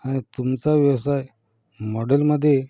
आणि तुमचा व्यवसाय मॉडेलमधे